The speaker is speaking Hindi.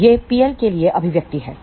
तोयह Pl के लिए अभिव्यक्ति है